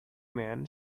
man